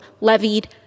levied